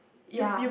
ya